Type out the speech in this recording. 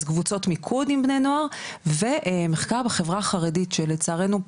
אז קבוצות מיקוד עם בני נוער ומחקר בחברה החרדית שלצערנו,